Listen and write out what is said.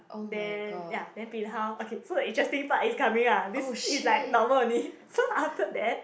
then ya then bin hao okay so the interesting part is coming ah this is like normal only so after that